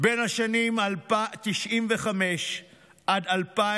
בשנים 1995 2000,